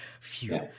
phew